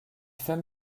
femme